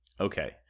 Okay